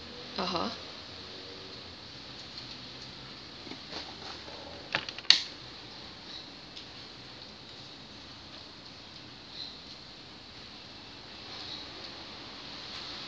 (uh huh)